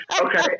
okay